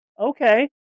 Okay